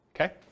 okay